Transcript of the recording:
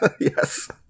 Yes